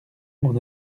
mon